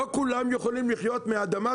לא כולם יכולים לחיות מהאדמה,